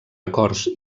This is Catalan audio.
acords